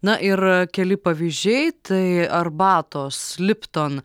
na ir keli pavyzdžiai tai arbatos lipton